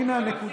הינה הנקודה.